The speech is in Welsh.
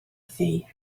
thi